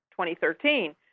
2013